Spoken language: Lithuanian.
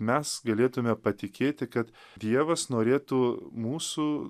mes galėtume patikėti kad dievas norėtų mūsų